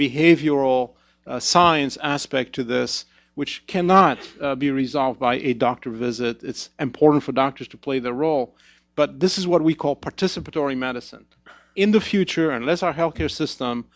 behavioral science aspect to this which cannot be resolved by a doctor visits important for doctors to play the role but this is what we call participatory medicine in the future unless our health care system